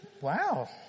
Wow